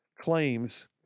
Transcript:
claims